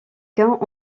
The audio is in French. cas